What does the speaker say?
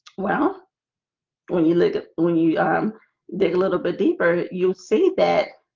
well when you look at when you dig a little bit deeper you'll see that